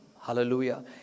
Hallelujah